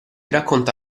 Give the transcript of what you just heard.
racconta